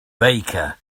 baker